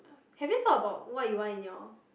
have you thought about what you want in your